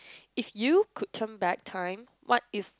if you could turn back time what is